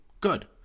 Good